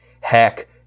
Heck